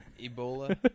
Ebola